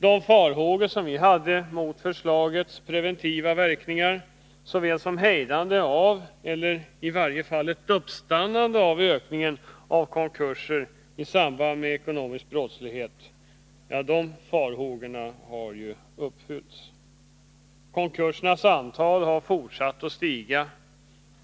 De farhågor som vi hade beträffande förslagets preventiva verkningar när det gäller att motverka eller i varje fall inte möjliggöra en ökning av konkurser i samband med ekonomisk brottslighet har besannats. Konkursernas antal har fortsatt att öka.